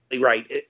right